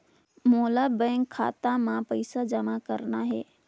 मोला बैंक खाता मां पइसा जमा करना हे?